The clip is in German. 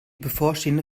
bevorstehende